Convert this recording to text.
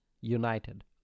United